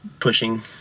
pushing